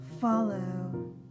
Follow